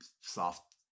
soft